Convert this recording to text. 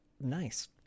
Nice